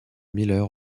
miller